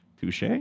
Touche